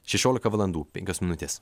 šešiolika valandų penkios minutės